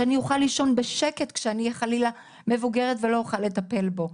שאני אוכל לישון בשקט כשאני אהיה חלילה מבוגרת ולא אוכל לטפל בו.